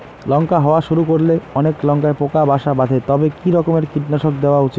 লঙ্কা হওয়া শুরু করলে অনেক লঙ্কায় পোকা বাসা বাঁধে তবে কি রকমের কীটনাশক দেওয়া উচিৎ?